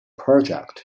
project